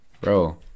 Bro